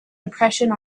impression